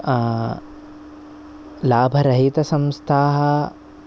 लाभरहितसंस्थाः